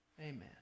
Amen